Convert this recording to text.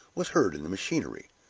was heard in the machinery.